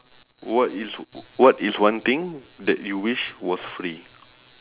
what is what is one thing that you wish was free